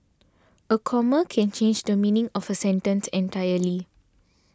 a comma can change the meaning of a sentence entirely